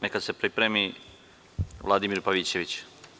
Neka se pripremi Vladimir Pavićević.